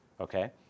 Okay